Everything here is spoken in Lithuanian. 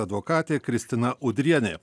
advokatė kristina udrienė